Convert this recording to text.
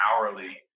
hourly